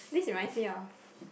this is reminds me of